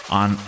on